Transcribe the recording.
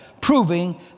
proving